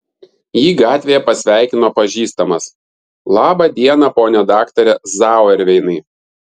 jį gatvėje pasveikino pažįstamas labą dieną pone daktare zauerveinai